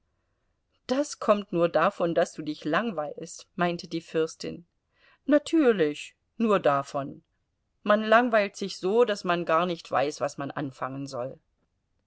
das kommt nur davon daß du dich langweilst meinte die fürstin natürlich nur davon man langweilt sich so daß man gar nicht weiß was man anfangen soll